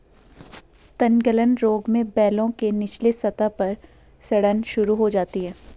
तनगलन रोग में बेलों के निचले सतह पर सड़न शुरू हो जाती है